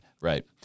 Right